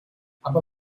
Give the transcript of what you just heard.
aber